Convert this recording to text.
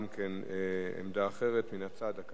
גם כן עמדה אחרת מן הצד.